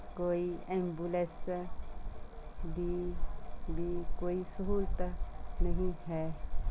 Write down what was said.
ਕੋਈ ਐਂਬੂਲੈਂਸ ਦੀ ਵੀ ਕੋਈ ਸਹੂਲਤ ਨਹੀਂ ਹੈ